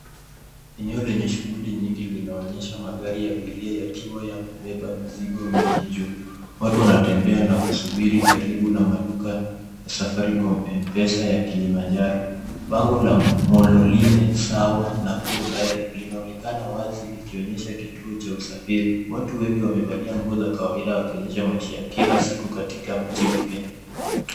Eneo lenye shughuli nyingi linaonyesha magari ya abiria yakiwa yamebeba mizigo mingi juu. Watu wanatembea na kusubiri karibu na maduka ya Safaricom, M-pesa ya Kilimanjaro. Bango la Mololine Sawa, Nakuru Direct linaonekana wazi likionyesha kituo cha usafiri. Watu wengi wamevalia nguo za kawaida wakionyesha maisha ya kila siku katika mji wa Kenya.